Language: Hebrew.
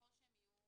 ככל שהם יהיו